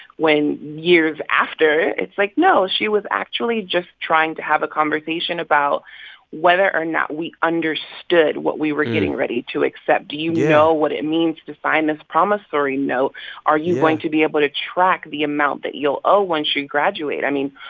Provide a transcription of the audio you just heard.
when, years after, it's like, no. she was actually just trying to have a conversation about whether or not we understood what we were getting ready to accept yeah do you know what it means to to sign this promissory note? yeah are you going to be able to track the amount that you'll owe once you graduate? i mean,